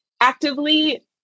actively